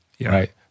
right